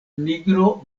nigro